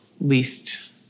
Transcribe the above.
least